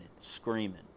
screaming